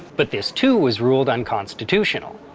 but this, too, was ruled unconstitutional.